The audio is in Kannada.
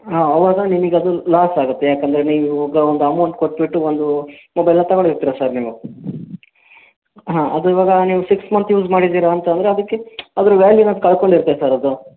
ಹಾಂ ಅವಾಗ ನಿಮಿಗೆ ಅದು ಲಾಸ್ ಆಗುತ್ತೆ ಯಾಕಂದರೆ ನೀವು ಇವಾಗ ಒಂದು ಅಮೌಂಟ್ ಕೊಟ್ಟುಬಿಟ್ಟು ಒಂದು ಮೊಬೈಲನ್ನ ತಗೊಂಡಿರ್ತೀರ ಸರ್ ನೀವು ಹಾಂ ಅದು ಇವಾಗ ನೀವು ಸಿಕ್ಸ್ ಮಂತ್ ಯೂಸ್ ಮಾಡಿದ್ದೀರ ಅಂತಂದರೆ ಅದಕ್ಕೆ ಅದ್ರ ವ್ಯಾಲ್ಯೂನ ಕಳ್ಕೊಂಡಿರುತ್ತೆ ಸರ್ ಅದು